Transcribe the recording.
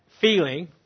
feeling